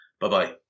Bye-bye